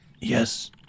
Yes